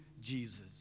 Jesus